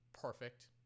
perfect